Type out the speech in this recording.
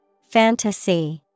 Fantasy